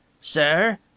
Sir